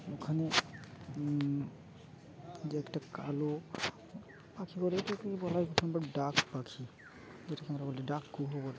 ওখানে যে একটা কালো পাখি বলে তাইবলা হয় আমি ডাক পাখি যেটাকে আমরা বলি ডাক কু বলে